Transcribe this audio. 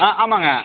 ஆ ஆமாங்க